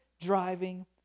driving